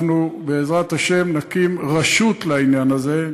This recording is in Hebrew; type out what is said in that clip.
אנחנו בעזרת השם נקים רשות לעניין הזה,